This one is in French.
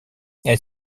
elle